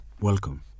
Welcome